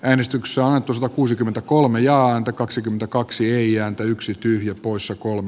äänestyksessä aatos kuusikymmentäkolme ja häntä kaksikymmentäkaksi ei ääntä yksi tyhjä poissa kolme